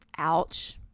Ouch